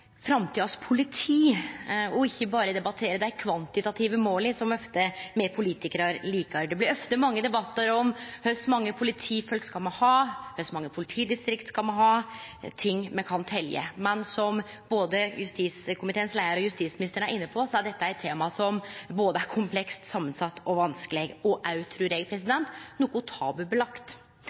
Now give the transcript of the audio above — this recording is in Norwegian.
framtidas politi og ikkje berre debattere dei kvantitative måla, som me politikarar ofte likar. Det blir ofte mange debattar om kor mange politifolk me skal ha, kor mange politidistrikt me skal ha – ting me kan telje. Men som både leiaren av justiskomiteen og justisministeren var inne på, er dette eit tema som både er komplekst samansett og vanskeleg, og også, trur eg, noko